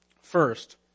First